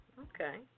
Okay